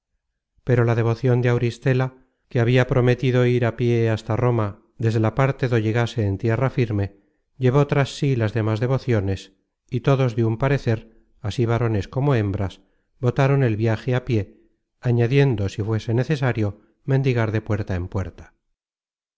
pero la devocion de auristela que habia prometido de ir á pié hasta content from google book search generated at roma desde la parte do llegase en tierra firme llevó tras sí las demas devociones y todos de un parecer así varones como hembras votaron el viaje á pié añadiendo si fuese necesario mendigar de puerta en puerta